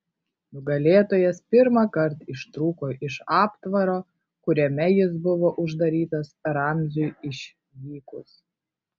nugalėtojas pirmąkart ištrūko iš aptvaro kuriame jis buvo uždarytas ramziui išvykus